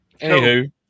anywho